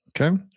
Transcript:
Okay